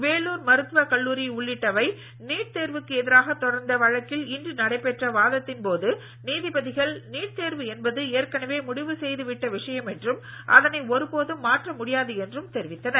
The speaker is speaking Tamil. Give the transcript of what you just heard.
வேலூர் மருத்துவக் கல்லூரி உள்ளிட்டவை நீட் தேர்வுக்கு எதிராக தொடர்ந்த வழக்கில் இன்று நடைபெற்ற வாதத்தின் போது நீதிபதிகள் நீட் தேர்வு என்பது ஏற்கனவே முடிவு செய்து விட்ட விஷயம் என்றும் அதனை ஒரு போதும் மாற்ற முடியாது என்றும் தெரிவித்தனர்